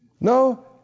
no